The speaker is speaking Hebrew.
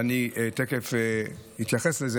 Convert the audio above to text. ואני תכף אתייחס לזה,